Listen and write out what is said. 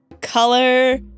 color